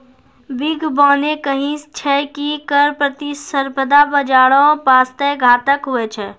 बिद्यबाने कही छै की कर प्रतिस्पर्धा बाजारो बासते घातक हुवै छै